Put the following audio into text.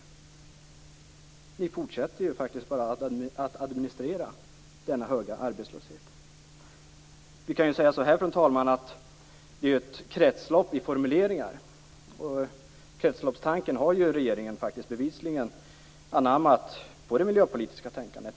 Regeringen fortsätter ju faktiskt bara att administrera denna höga arbetslöshet. Fru talman! Man kan säga att det är fråga om ett kretslopp i formuleringar. Regeringen har ju faktiskt bevisligen anammat kretsloppstanken i fråga om det miljöpolitiska tänkandet.